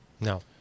No